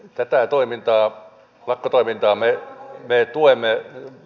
tätä toimintaa koko toimintamme ne tulemme e